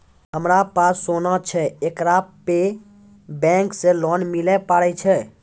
हमारा पास सोना छै येकरा पे बैंक से लोन मिले पारे छै?